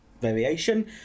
variation